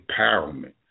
empowerment